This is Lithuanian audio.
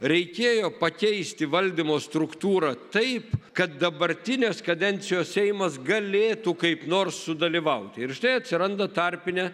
reikėjo pakeisti valdymo struktūrą taip kad dabartinės kadencijos seimas galėtų kaip nors sudalyvauti ir štai atsiranda tarpinė